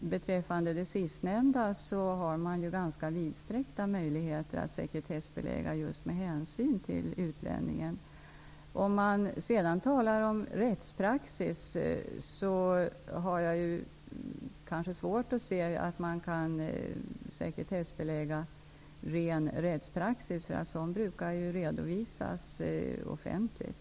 Beträffande det sistnämnda finns det ju ganska vidsträckta möjligheter att sekretessbelägga just med hänsyn till utlänningen. Vidare har vi frågan om rättspraxis. Jag har svårt att se att det går att sekretessbelägga ren rättspraxis. Sådan brukar ju redovisas offentligt.